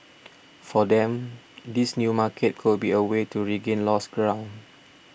for them this new market could be a way to regain lost ground